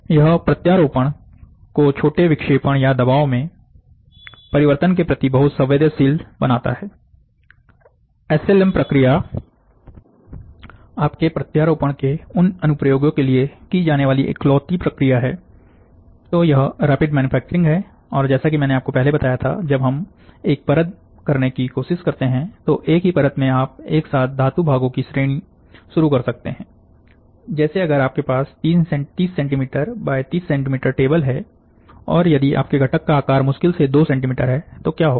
यह प्रत्यारोपण को छोटे विक्षेपण या दबाव में परिवर्तन के प्रति बहुत संवेदनशील बनाता है एसएलएम प्रक्रिया आपके प्रत्यारोपण के उन अनुप्रयोगों के लिए की जाने वाली इकलौती प्रक्रिया है तो यह रैपिड मैन्युफैक्चरिंग है और जैसा कि मैंने आपको पहले बताया था जब हम एक परत करने की कोशिश करते हैं तो एक ही परत में आप एक साथ धातु भागों की श्रेणी शुरू कर सकते हैं जैसे अगर आपके पास 30 सेंटीमीटर X 30 सेंटीमीटर टेबल है और यदि आपके घटक का आकार मुश्किल से 2 सेंटीमीटर है तो अब क्या होगा